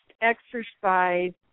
exercise